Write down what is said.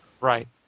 Right